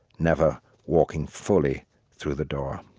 never walking fully through the door